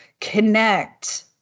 connect